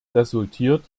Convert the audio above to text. resultiert